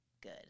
good